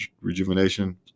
rejuvenation